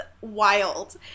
wild